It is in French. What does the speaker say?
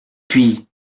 puis